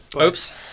Oops